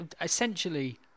essentially